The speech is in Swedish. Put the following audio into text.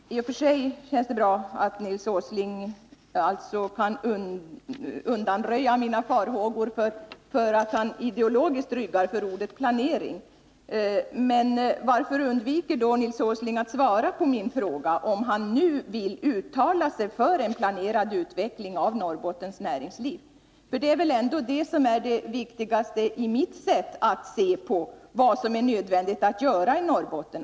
Herr talman! I och för sig känns det bra att Nils Åsling kan undanröja mina farhågor för att han ideologiskt ryggar för ordet ”planering”. Men varför undviker då Nils Åsling att svara på min fråga om han nu vill uttala sig för en planerad utveckling av Norrbottens näringsliv? Det är ändå det som enligt mitt sätt att se är det viktigaste när det gäller att ta ställning till vad som är iv nödvändigt att göra i Norrbotten.